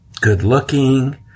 good-looking